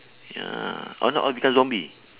ya or not all become zombie